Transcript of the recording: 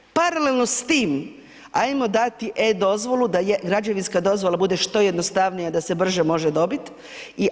Paralelno s tim hajmo dati e-dozvolu da građevinska dozvola bude što jednostavnija da se brže može dobiti.